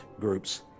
groups